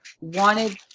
Wanted